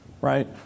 right